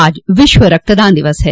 आज विश्व रक्तदान दिवस है